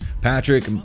Patrick